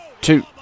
two